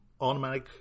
automatic